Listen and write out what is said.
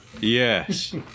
Yes